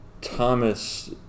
Thomas